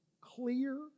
clear